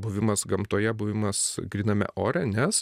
buvimas gamtoje buvimas gryname ore nes